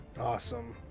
Awesome